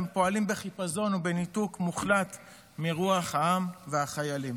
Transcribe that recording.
הם פועלים בחיפזון ובניתוק מוחלט מרוח העם והחיילים.